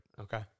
Okay